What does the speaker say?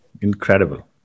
Incredible